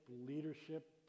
leadership